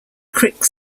quick